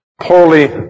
poorly